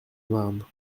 marne